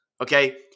okay